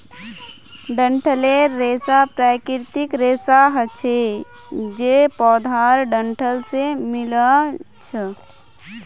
डंठलेर रेशा प्राकृतिक रेशा हछे जे पौधार डंठल से मिल्आ छअ